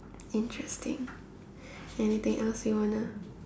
interesting anything else you want to